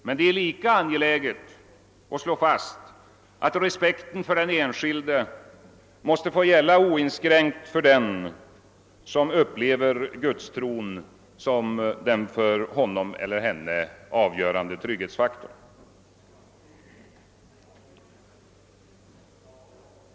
Men det är lika angeläget att slå fast att respekten för den enskilde måste få gälla oinskränkt för den som upplever gudstron så som den för honom eller henne avgörande trygghetsfaktorn.